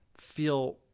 Feel